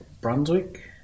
Brunswick